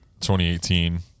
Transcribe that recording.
2018